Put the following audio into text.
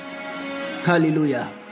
Hallelujah